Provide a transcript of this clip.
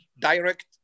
direct